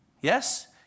Yes